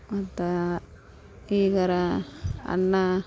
ಮತ್ತು ಈಗ ಅನ್ನ